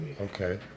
Okay